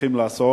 צריכים למלא,